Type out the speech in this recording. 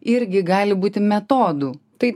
irgi gali būti metodų taip